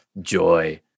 joy